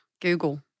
Google